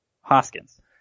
Hoskins